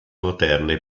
moderne